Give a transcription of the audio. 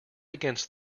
against